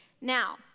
Now